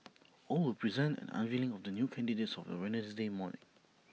all were present at the unveiling of the new candidates of the Wednesday morning